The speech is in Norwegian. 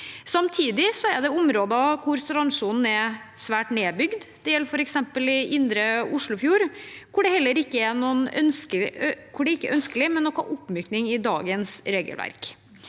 Samtidig er det områder hvor strandsonen er svært nedbygd. Det gjelder f.eks. i Indre Oslofjord, hvor det ikke er ønskelig med noen oppmykning i dagens regelverk.